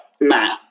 Matt